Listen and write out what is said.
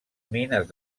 mines